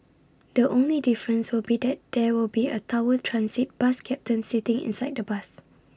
the only difference will be that there will be A tower transit bus captain sitting inside the bus